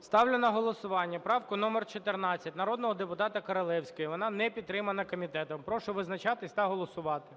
Ставлю на голосування правку номер 14 народного депутата Королевської, вона не підтримана комітетом. Прошу визначатися та голосувати.